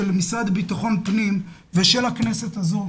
של המשרד לביטחון פנים ושל הכנסת הזאת,